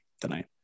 tonight